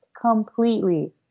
completely